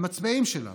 למצביעים שלנו,